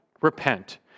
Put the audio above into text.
repent